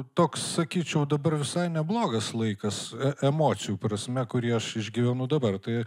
toks sakyčiau dabar visai neblogas laikas emocijų prasme kurį aš išgyvenu dabar tai